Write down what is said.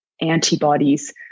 antibodies